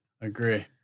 agree